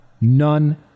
None